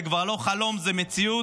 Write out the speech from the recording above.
זה כבר לא חלום, זו מציאות.